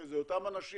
אלה אותם אנשים,